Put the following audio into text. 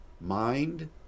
mind